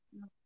no